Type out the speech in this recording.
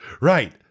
right